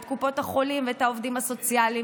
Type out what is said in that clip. את קופות החולים ואת העובדים הסוציאליים